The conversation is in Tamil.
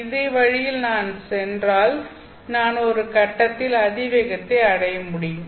இதே வழியில் நான் சென்றாள் நான் ஒரு கட்டத்தில் அதிவேகத்தைத் அடைய முடியும்